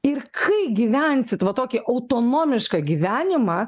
ir kai gyvensit va tokį autonomišką gyvenimą